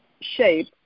shape